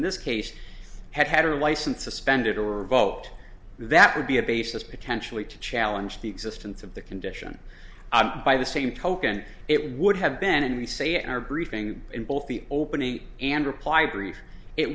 in this case had had her license suspended or vote that would be a basis potentially to challenge the existence of the condition by the same token it would have been we say in our briefing in both the opening and